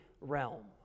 realm